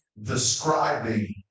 describing